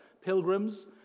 pilgrims